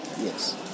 Yes